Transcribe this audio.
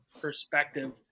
perspective